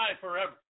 forever